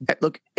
Look